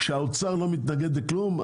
כשהאוצר לא מתנגד לכלום,